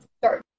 start